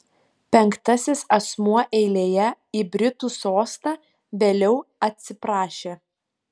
penktasis asmuo eilėje į britų sostą vėliau atsiprašė